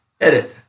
edit